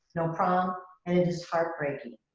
no prom and it is heartbreaking.